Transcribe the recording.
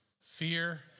fear